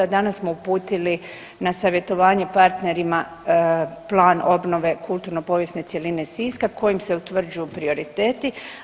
Danas smo uputili na savjetovanje partnerima plan obnove kulturno povijesne cjeline Siska kojim se utvrđuju prioriteti.